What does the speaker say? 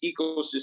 ecosystem